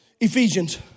Ephesians